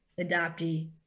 adoptee